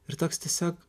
ir toks tiesiog